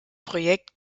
projekt